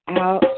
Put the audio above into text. out